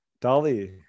Dolly